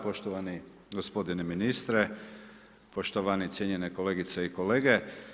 Poštovani gospodine ministre, poštovane i cijenjene kolegice i kolege.